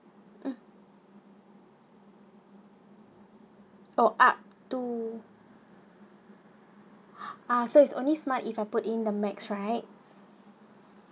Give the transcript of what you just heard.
mm oh up to ah so it's only smart if I put in the max right